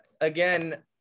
again